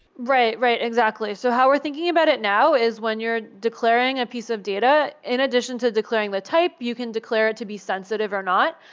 right. right. exactly. so how we're thinking about it now is when you're declaring a piece of data in addition to declaring the type, you can declare it to be sensitive or not,